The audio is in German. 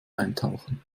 eintauchen